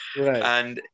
Right